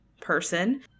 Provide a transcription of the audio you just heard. person